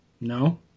No